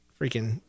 freaking